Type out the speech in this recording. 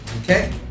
Okay